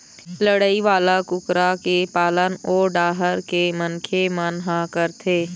लड़ई वाला कुकरा के पालन ओ डाहर के मनखे मन ह करथे